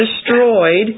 destroyed